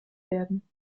werden